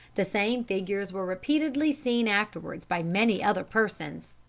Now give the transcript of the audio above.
the same figures were repeatedly seen afterwards by many other persons.